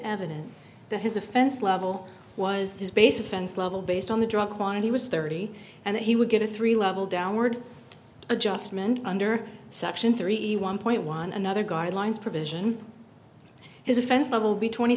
evident to his offense level was this base offense level based on the drug quantity was thirty and that he would get a three level downward adjustment under section three a one point one another guidelines provision his offense will be twenty